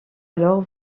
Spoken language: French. alors